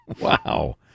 Wow